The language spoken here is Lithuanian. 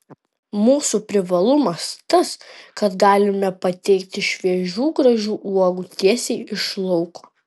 mūsų privalumas tas kad galime pateikti šviežių gražių uogų tiesiai iš lauko